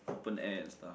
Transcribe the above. open air and stuff